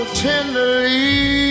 tenderly